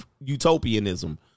utopianism